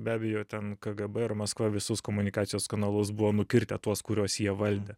be abejo ten kgb ir maskva visus komunikacijos kanalus buvo nukirtę tuos kuriuos jie valdė